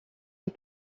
est